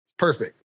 Perfect